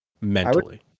mentally